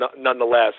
nonetheless